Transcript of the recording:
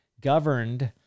governed